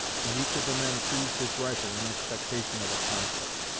and each of the men seized his rifle in expectation of a conflict.